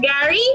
Gary